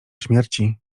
śmierci